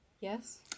Yes